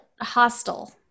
hostile